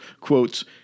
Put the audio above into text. quotes